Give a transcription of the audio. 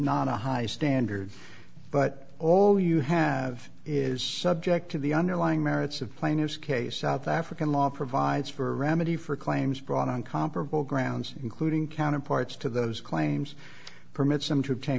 not a high standard but all you have is subject to the underlying merits of plaintiff's case south african law provides for remedy for claims brought on comparable grounds including counterparts to those claims permits them to pay